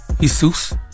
Jesus